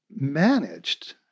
managed